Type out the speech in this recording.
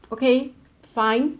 okay fine